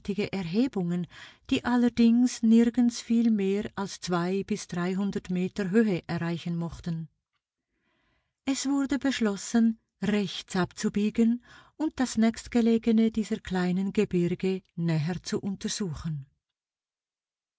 erhebungen die allerdings nirgends viel mehr als zwei bis dreihundert meter höhe erreichen mochten es wurde beschlossen rechts abzubiegen und das nächstgelegene dieser kleinen gebirge näher zu untersuchen